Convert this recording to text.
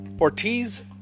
Ortiz